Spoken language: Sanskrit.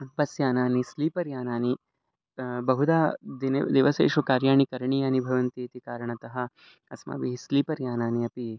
बस् यानानि स्लीपर् यानानि बहुधा दिनेषु दिवसेषु कार्याणि करणीयानि भवन्ति इति कारणतः अस्माभिः स्लीपर् यानानि अपि